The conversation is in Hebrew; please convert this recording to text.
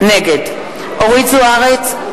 נגד אורית זוארץ,